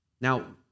Now